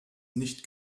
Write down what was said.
nicht